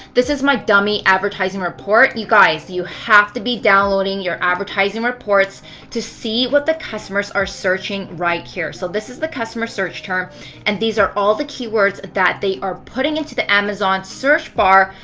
this is my dummy advertising report. you guys, you have to be downloading your advertising reports to see what the customers are searching right here. so this is the customer search term and these are all the keywords that they are putting into the amazon search bar.